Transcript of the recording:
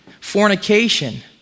fornication